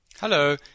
Hello